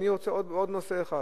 אני רוצה להזכיר עוד נושא אחד.